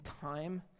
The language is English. time